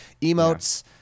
Emotes